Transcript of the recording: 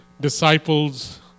disciples